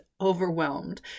overwhelmed